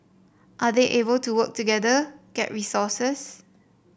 are they able to work together get resources